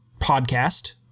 podcast